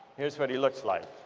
here's what he looks like